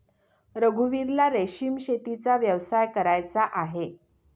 रघुवीरला रेशीम शेतीचा व्यवसाय करायचा आहे